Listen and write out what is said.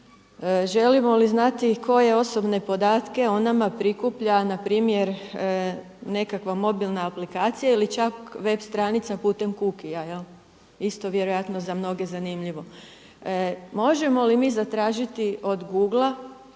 Želimo li znati koje osobne podatke o nama prikuplja na primjer nekakva mobilna aplikacija ili čak web stranica putem cookiesa. Isto vjerojatno za mnoge zanimljivo. Možemo li mi zatražiti od Googlea